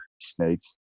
snakes